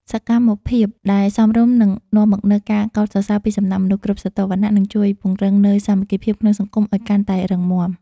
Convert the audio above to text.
សកម្មភាពដែលសមរម្យនឹងនាំមកនូវការកោតសរសើរពីសំណាក់មនុស្សគ្រប់ស្រទាប់វណ្ណៈនិងជួយពង្រឹងនូវសាមគ្គីភាពក្នុងសង្គមឱ្យកាន់តែរឹងមាំ។